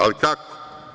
Ali kako?